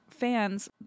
fans